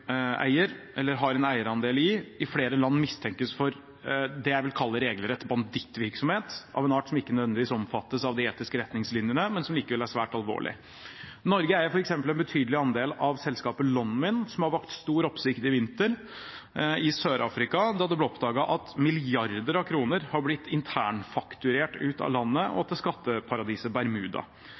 eier, eller har en eierandel i, i flere land mistenkes for det jeg vil kalle regelrett bandittvirksomhet, av en art som ikke nødvendigvis omfattes av de etiske retningslinjene, men som likevel er svært alvorlig. Norge eier f.eks. en betydelig andel av selskapet Lonmin, som har vakt stor oppsikt i vinter i Sør-Afrika, da det ble oppdaget at milliarder av kroner har blitt internfakturert ut av landet og til skatteparadiset Bermuda.